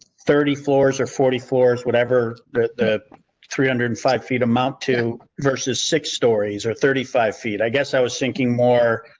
thirty floors or forty four, whatever, the three hundred and five feet amount to, versus six stories or thirty five feet. i guess i was thinking more.